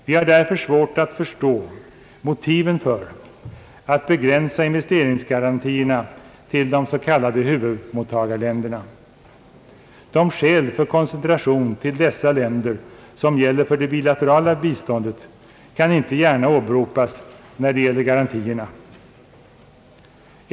Vi har därför svårt att förstå motiven för att begränsa investeringsgarantierna till de s.k. huvudmottagarländerna. De skäl för koncentration till dessa länder som gäller för det bilaterala biståndet kan inte gärna åberopas när det gäller garantierna.